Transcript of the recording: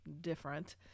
different